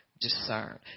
discern